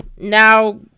now